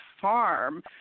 farm